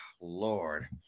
Lord